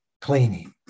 cleaning